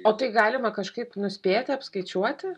o tai galima kažkaip nuspėti apskaičiuoti